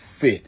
fit